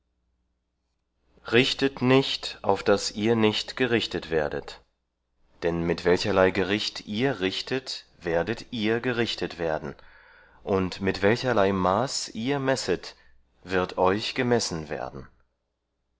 richtet nicht auf daß ihr nicht gerichtet werdet denn mit welcherlei gericht ihr richtet werdet ihr gerichtet werden und mit welcherlei maß ihr messet wird euch gemessen werden